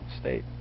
State